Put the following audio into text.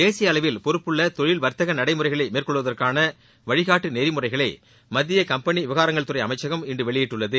தேசிய அளவில் பொறுப்புள்ள தொழில் வாத்தக நடைமுறைகளை மேற்கொள்வதற்கான வழிகாட்டு நெறிமுறைகளை மத்திய கம்பெனி விவகாரங்கள் துறை அமைச்சும் இன்று வெளியிட்டுள்ளது